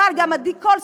אבל גם עדי קול,